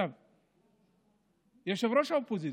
יושב-ראש האופוזיציה,